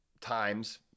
times